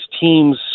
teams